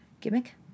gimmick